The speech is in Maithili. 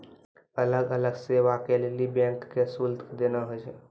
अलग अलग सेवा के लेली बैंक के शुल्क देना होय छै